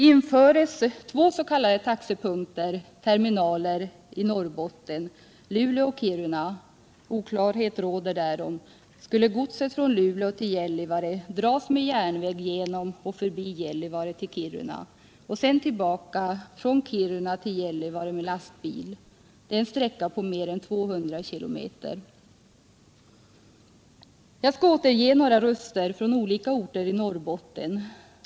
Införs två s.k. taxepunkter, terminaler, i Norrbotten, nämligen Luleå och Kiruna — oklarhet råder därom — skulle godset från Luleå till Gällivare dras med järnväg genom och förbi Gällivare till Kiruna och sedan tillbaka från Kiruna till Gällivare med lastbil. Det är en sträcka på mer än 200 km. Jag skall återge några röster från olika orter i Norrbotten.